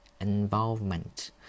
involvement